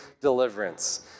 deliverance